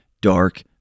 dark